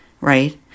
right